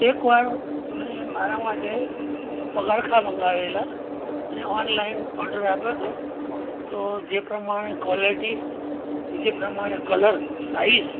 એક વાર મેં મારા માટે પગરખા મંગાવેલા અને ઓનલાઈન ઓર્ડર આપ્યો હતો તો જે પ્રમાણે ક્વોલિટી જે પ્રમાણે કલર સાઇઝ